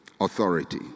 Authority